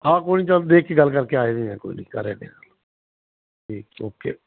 ਹਾਂ ਕੋਈ ਨੀ ਚੱਲ ਦੇਖਕੇ ਗੱਲ ਕਰਕੇ ਆ ਜਾਨੇ ਆਂ ਕੋਈ ਨੀ ਕਰ ਆਂਦੇ ਆਂ ਠੀਕ ਓਕੇ